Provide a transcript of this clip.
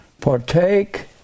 Partake